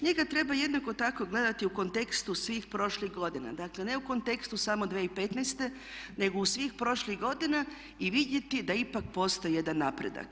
Njega treba jednako tako gledati u kontekstu svih prošlih godina, dakle ne u kontekstu samo 2015.nego u svih prošlih godina i vidjeti da ipak postoji jedan napredak.